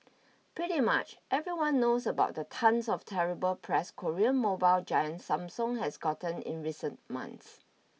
pretty much everyone knows about the tonnes of terrible press Korean mobile giant Samsung has gotten in recent months